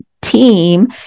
team